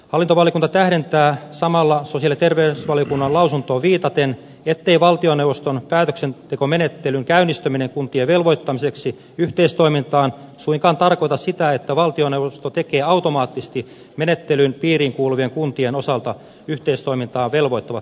hallintovaliokunta tähdentää samalla sosiaali ja terveysvaliokunnan lausuntoon viitaten ettei valtioneuvoston päätöksentekomenettelyn käynnistyminen kuntien velvoittamiseksi yhteistoimintaan suinkaan tarkoita sitä että valtioneuvosto tekee automaattisesti menettelyn piiriin kuuluvien kuntien osalta yhteistoimintaan velvoittavat päätökset